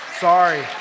sorry